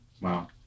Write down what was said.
Wow